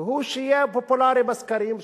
והוא שיהיה פופולרי בסקרים,